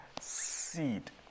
seed